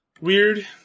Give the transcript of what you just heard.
Weird